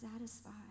satisfied